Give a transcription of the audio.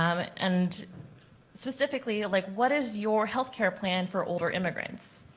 um and specifically like what is your healthcare plan for older immigrants?